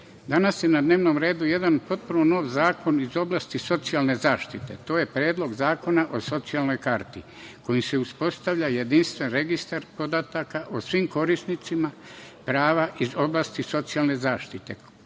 danas je na dnevnom redu potpuno jedan nov zakon iz oblasti socijalne zaštite. To je Predlog zakona o socijalnoj karti kojim se uspostavlja jedinstven registar podataka o svim korisnicima prava iz oblasti socijalne zaštite,